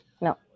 No